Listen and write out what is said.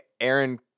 Aaron –